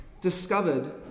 discovered